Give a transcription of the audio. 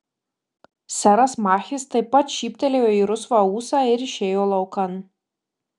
seras machis taip pat šyptelėjo į rusvą ūsą ir išėjo laukan